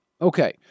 Okay